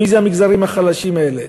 מי המגזרים החלשים האלה.